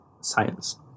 science